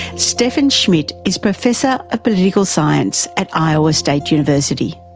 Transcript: steffen schmidt is professor of political science at iowa state university.